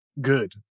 good